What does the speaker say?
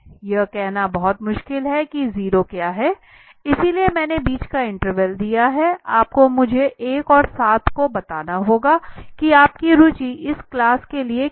यह कहना बहुत मुश्किल है कि 0 क्या है इसलिए मैंने बीच का इंटरवल दिया है आपको मुझे 1 और 7 को बताना होगा कि आपकी रुचि इस क्लास के लिए कहा है